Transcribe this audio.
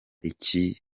ikibi